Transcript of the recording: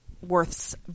Worth's